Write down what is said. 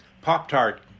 Pop-Tart